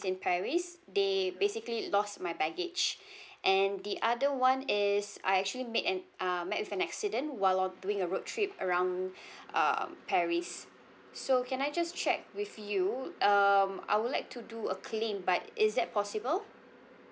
in paris they basically lost my baggage and the other one is I actually met an um met with an accident while doing a road trip around um paris so can I just check with you um I would like to do a claim but is that possible